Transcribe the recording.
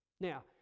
Now